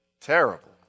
Terrible